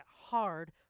hard